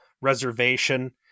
reservation